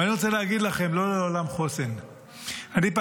אבל אני רוצה להגיד לכם, לא לעולם חוסן.